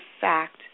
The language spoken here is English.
fact